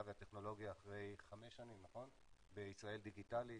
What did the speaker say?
והטכנולוגיה אחרי חמש שנים בישראל דיגיטלית,